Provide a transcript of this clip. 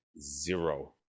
zero